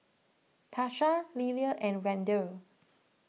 Tarsha Lelia and Wendel